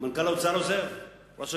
ופקידי אוצר שמרגישים